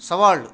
సవాళ్ళు